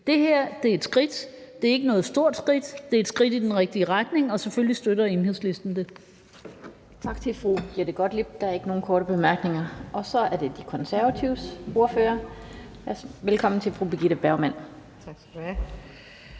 Det her er et skridt, det er ikke noget stort skridt, men det er et skridt i den rigtige retning, og selvfølgelig støtter Enhedslisten det. Kl. 16:23 Den fg. formand (Annette Lind): Tak til fru Jette Gottlieb. Der er ikke nogen korte bemærkninger, og så er det De Konservatives ordfører. Velkommen til fru Birgitte Bergman. Kl.